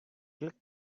click